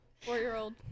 four-year-old